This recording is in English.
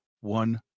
one